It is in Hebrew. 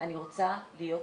אני רוצה להיות איתך,